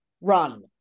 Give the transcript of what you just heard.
run